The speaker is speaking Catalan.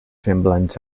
semblants